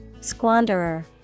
Squanderer